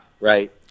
Right